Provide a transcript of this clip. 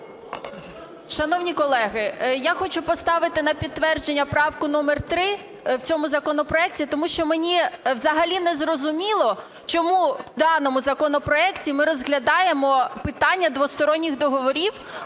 Шановні колеги, я хочу поставити на підтвердження правку номер 3 в цьому законопроекті. Тому що мені взагалі незрозуміло, чому в даному законопроекті ми розглядаємо питання двосторонніх договорів,